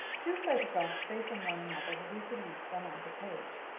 two photographs facing one another were reproduced on either page.